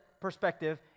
perspective